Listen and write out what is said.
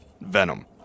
venom